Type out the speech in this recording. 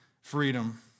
freedom